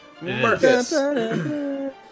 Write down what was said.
Marcus